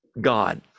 God